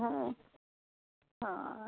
हँ हँ